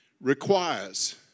requires